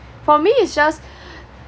for me it's just